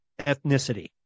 ethnicity